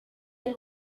del